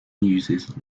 uses